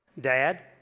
Dad